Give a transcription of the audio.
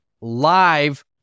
live